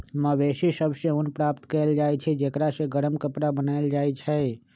मवेशि सभ से ऊन प्राप्त कएल जाइ छइ जेकरा से गरम कपरा बनाएल जाइ छइ